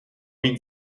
být